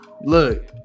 look